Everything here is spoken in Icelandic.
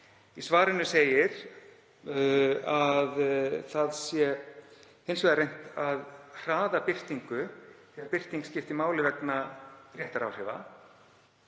Í svarinu segir að það sé hins vegar reynt að hraða birtingu því að hún skipti máli vegna réttaráhrifa.